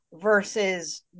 versus